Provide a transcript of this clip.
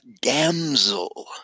damsel